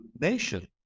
nation